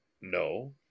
No